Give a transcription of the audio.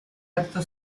acto